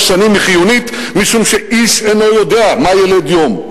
שנים היא חיונית משום שאיש אינו יודע מה ילד יום.